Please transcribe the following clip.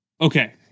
okay